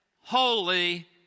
Holy